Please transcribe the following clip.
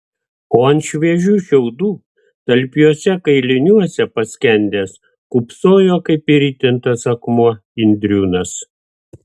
o ant šviežių šiaudų talpiuose kailiniuose paskendęs kūpsojo kaip įritintas akmuo indriūnas